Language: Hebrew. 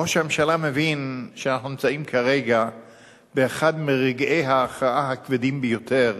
ראש הממשלה מבין שאנחנו נמצאים כרגע באחד מרגעי ההכרעה הכבדים ביותר